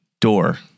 door